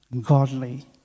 godly